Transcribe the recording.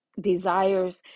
desires